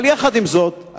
אבל יחד עם זאת,